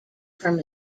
from